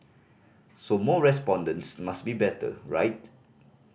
so more respondents must be better right